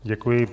Děkuji.